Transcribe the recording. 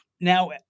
Now-